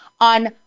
on